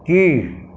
கீழ்